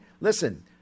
listen